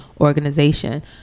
organization